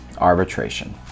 arbitration